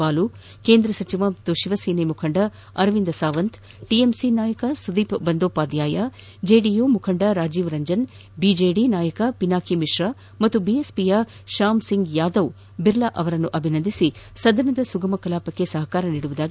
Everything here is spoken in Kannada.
ಬಾಲು ಕೇಂದ ಸಚಿವ ಹಾಗೂ ಶಿವಸೇನಾ ಮುಖಂಡ ಅರವಿಂದ ಸಾವಂತ್ ಟಿಎಂಸಿ ನಾಯಕ ಸುದೀಪ್ ಬಂಡೋಪಾಧ್ಯಾಯ ಜೆಡಿಯು ಮುಖಂದ ರಾಜೀವ್ ರಂಜನ್ ಬಿಜೆಡಿ ಮುಖಂದ ಪಿನಾಕಿ ಮಿಶ್ರ ಮತ್ತು ಬಿಎಸ್ಪಿಯ ಶ್ಯಾಮ್ ಸಿಂಗ್ ಯಾದವ್ ಬಿರ್ಲಾ ಅವರನ್ನು ಅಭಿನಂದಿಸಿ ಸದನದ ಸುಗಮ ಕಲಾಪಕ್ಕೆ ಸಹಕರಿಸುವುದಾಗಿ ಭರವಸೆ ನೀಡಿದರು